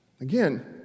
Again